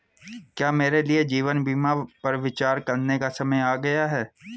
क्या मेरे लिए जीवन बीमा पर विचार करने का समय आ गया है?